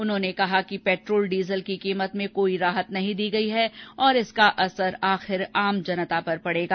उन्होंने कहा कि पैट्रोल डीजल की कीमत में कोई राहत नहीं दी गई है और इसका असर आखिर में आम जनता पर पड़ेगा